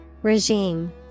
Regime